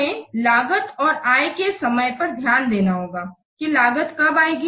हमें लागत और आय के समय पर ध्यान देना होगा कि लागत कब आएगी